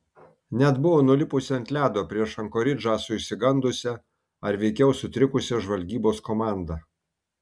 net buvo nulipusi ant ledo prieš ankoridžą su išsigandusia ar veikiau sutrikusia žvalgybos komanda